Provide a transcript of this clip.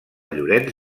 llorenç